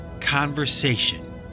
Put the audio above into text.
conversation